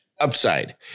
upside